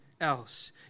else